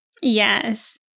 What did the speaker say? Yes